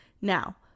Now